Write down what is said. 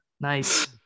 nice